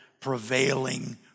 prevailing